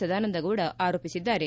ಸದಾನಂದ ಗೌಡ ಆರೋಪಿಸಿದ್ದಾರೆ